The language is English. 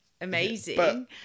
amazing